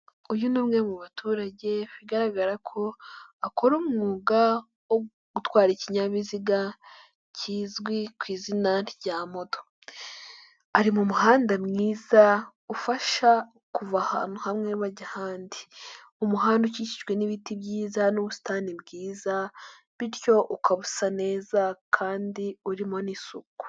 Uyu ni umwe mu baturage bigaragara ko akora umwuga wo gutwara ikinyabiziga kizwi ku izina rya moto, ari mu muhanda mwiza ufasha kuva ahantu hamwe bajya ahandi, umuhanda ukikijwe n'ibiti byiza n'ubusitani bwiza bityo ukaba usa neza kandi urimo n'isuku.